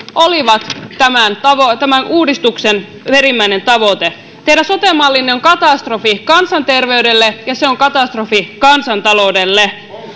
olivat tämän uudistuksen perimmäinen tavoite teidän sote mallinne on katastrofi kansanterveydelle ja katastrofi kansantaloudelle